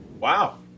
Wow